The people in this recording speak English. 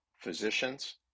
physicians